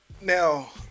now